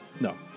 No